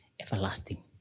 everlasting